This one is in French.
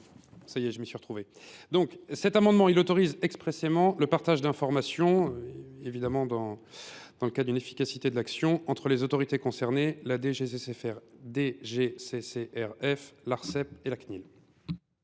cet amendement, il autorise expressément le partage d'informations, évidemment dans le cas d'une efficacité de l'action, entre les autorités concernées, la DGCCRF, l'ARCEP et la CNIL.